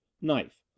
knife